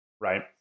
right